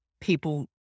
people